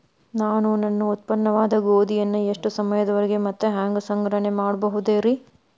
ನಾನು ನನ್ನ ಉತ್ಪನ್ನವಾದ ಗೋಧಿಯನ್ನ ಎಷ್ಟು ಸಮಯದವರೆಗೆ ಮತ್ತ ಹ್ಯಾಂಗ ಸಂಗ್ರಹಣೆ ಮಾಡಬಹುದುರೇ?